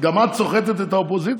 גם את סוחטת את האופוזיציה?